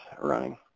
running